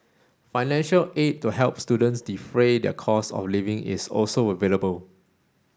financial aid to help students defray their costs of living is also available